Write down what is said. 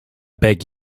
beg